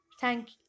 thank